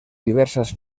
diversas